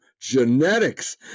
genetics